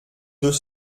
deux